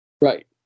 Right